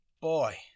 Boy